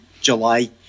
July